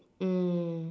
um